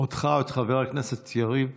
אני יכול רק לשאול אותך או את חבר הכנסת יריב לוין,